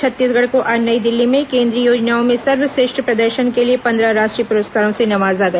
छत्तीसगढ़ को आज नई दिल्ली में केंद्रीय योजनाओं में सर्वश्रेष्ठ प्रदर्शन के लिए पंद्रह राष्ट्रीय पुरस्कारों से नवाजा गया